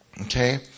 Okay